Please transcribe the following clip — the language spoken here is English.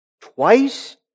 Twice